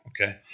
okay